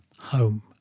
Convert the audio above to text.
home